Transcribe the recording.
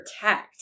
protect